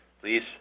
please